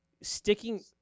sticking